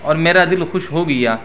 اور میرا دل خوش ہو گیا